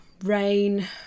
rain